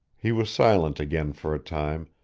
he was silent again for a time,